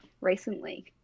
recently